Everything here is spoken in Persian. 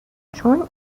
چون